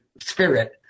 spirit